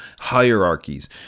hierarchies